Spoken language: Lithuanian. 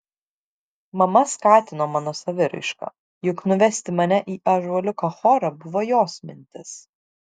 mama skatino mano saviraišką juk nuvesti mane į ąžuoliuko chorą buvo jos mintis